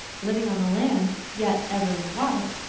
living on the land, yet ever in the water.